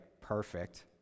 perfect